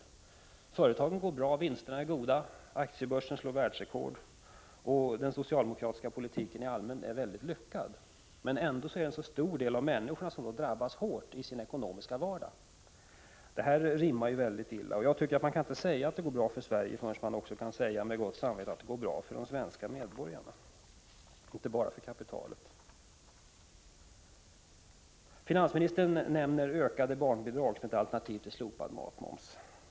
Man säger att företagen går bra, att vinsterna är goda, att aktiebörsen slår världsrekord och att den socialdemokratiska politiken i stort är lyckad, men trots det drabbas ju människorna hårt i sin ekonomiska vardag. Det här rimmar väldigt illa. Jag tycker inte att man kan säga att det går bra för Sverige förrän man också med gott samvete kan säga att det går bra för de svenska medborgarna. Finansministern nämner ökade barnbidrag som ett alternativ till slopad matmoms.